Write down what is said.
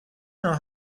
know